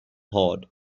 hard